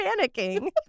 panicking